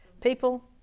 People